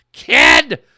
Kid